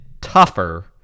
tougher